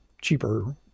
cheaper